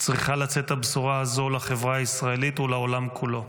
צריכה לצאת הבשורה הזאת לחברה הישראלית ולעולם כולו,